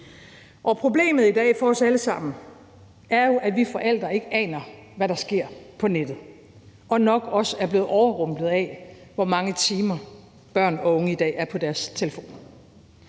Og problemet i dag for os alle sammen er jo, at vi forældre ikke aner, hvad der sker på nettet, og nok også er blevet overrumplet af, hvor mange timer børn og unge i dag er på deres telefoner.